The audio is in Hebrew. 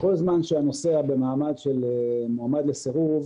כל זמן שהנוסע במעמד של מועמד לסירוב,